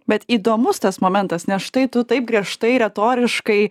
bet įdomus tas momentas nes štai tu taip griežtai retoriškai